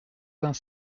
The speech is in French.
vingt